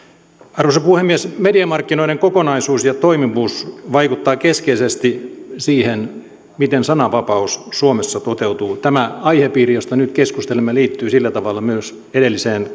arvoisa puhemies mediamarkkinoiden kokonaisuus ja toimivuus vaikuttavat keskeisesti siihen miten sananvapaus suomessa toteutuu tämä aihepiiri josta nyt keskustelemme liittyy sillä tavalla myös edelliseen